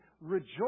Rejoice